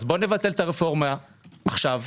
נבטל את הרפורמה עכשיו,